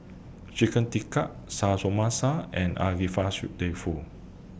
Chicken Tikka Samosa and Agedashi Dofu